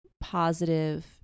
positive